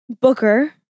Booker